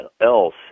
else